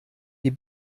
die